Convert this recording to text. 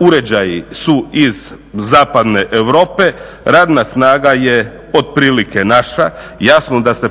uređaji su iz zapadne Europe, radna snaga je otprilike naša. Jasno da se